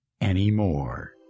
anymore